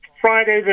Friday